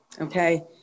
okay